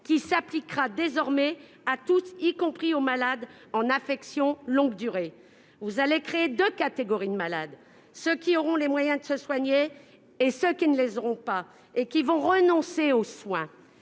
qui s'appliquera désormais à tous, y compris aux malades en affection de longue durée. Vous allez créer deux catégories de malades : ceux qui auront les moyens de se soigner et ceux qui ne les auront pas et qui vont renoncer aux soins.